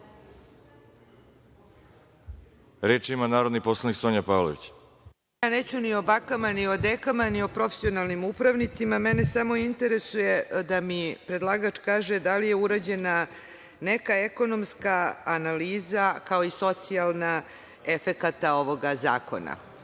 ima narodni poslanik Sonja Pavlović. **Sonja Pavlović** Neću ni o bakama, ni o dekama, ni o profesionalnim upravnicima, mene samo interesuje da mi predlagač kaže - da li je urađena neka ekonomska analiza, kao i socijalni efekti ovog zakona?